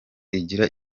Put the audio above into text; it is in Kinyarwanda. igira